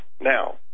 Now